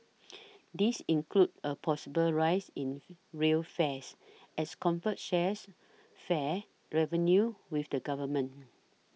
these include a possible rise in rail fares as Comfort shares fare revenue with the Government